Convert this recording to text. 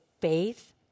faith